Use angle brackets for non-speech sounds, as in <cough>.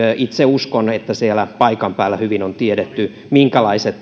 itse uskon että siellä paikan päällä hyvin on tiedetty minkälaiset <unintelligible>